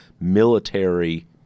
military